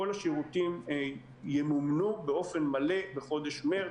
כל השירותים ימומנו באופן מלא בחודש מרץ.